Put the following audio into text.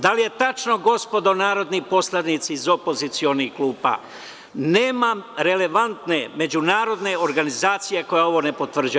Da li je tačno gospodo narodni poslanici iz opozicionih klupa, nemam relevantne međunarodne organizacije koje ovo ne potvrđuje.